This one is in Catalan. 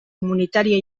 comunitària